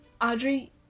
audrey